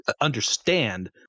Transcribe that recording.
understand